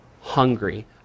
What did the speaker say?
hungry